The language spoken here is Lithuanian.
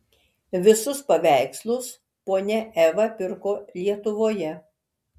visus paveikslus ponia eva pirko lietuvoje